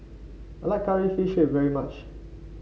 I like curry fish is very much